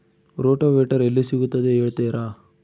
Rotavator ಎಲ್ಲಿ ಸಿಗುತ್ತದೆ ಹೇಳ್ತೇರಾ?